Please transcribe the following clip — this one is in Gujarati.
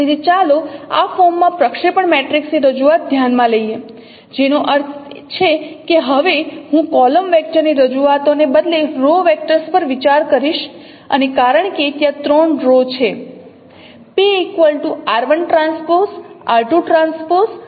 તેથી ચાલો આ ફોર્મમાં પ્રક્ષેપણ મેટ્રિક્સની રજૂઆત ધ્યાન માં લઈએ જેનો અર્થ છે કે હવે હું કોલમ વેક્ટર ની રજૂઆતોને બદલે રો વેક્ટર્સ પર વિચાર કરીશ અને કારણ કે ત્યાં 3 રો છે